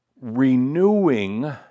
renewing